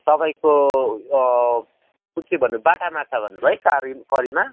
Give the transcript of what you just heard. तपाईँको कुन चाहिँ भन्नु बाटा माछा भन्नु भयो है तारिम करीमा